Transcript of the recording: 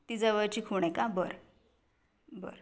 ती जवळची खूण आहे का बरं बरं